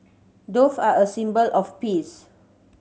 dove are a symbol of peace